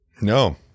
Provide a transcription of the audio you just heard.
No